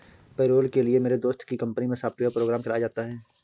payroll के लिए मेरे दोस्त की कंपनी मै सॉफ्टवेयर प्रोग्राम चलाया जाता है